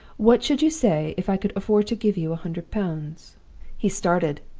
what should you say if i could afford to give you a hundred pounds he started.